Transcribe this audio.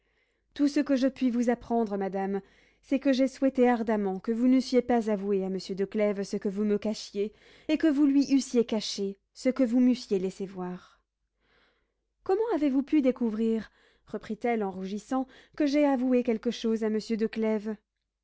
tout ce que je puis vous apprendre madame c'est que j'ai souhaité ardemment que vous n'eussiez pas avoué à monsieur de clèves ce que vous me cachiez et que vous lui eussiez caché ce que vous m'eussiez laissé voir comment avez-vous pu découvrir reprit-elle en rougissant que j'aie avoué quelque chose à monsieur